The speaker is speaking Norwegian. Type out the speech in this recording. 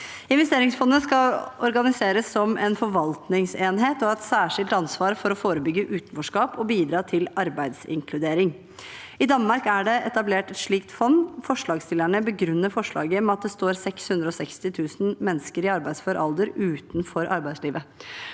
Investeringsfondet skal organiseres som en forvaltningsenhet og ha et særskilt ansvar for å forebygge utenforskap og bidra til arbeidsinkludering. I Danmark er det etablert et slikt fond. Forslagsstillerne begrunner forslaget med at det står 660 000 mennesker i arbeidsfør alder utenfor arbeidslivet.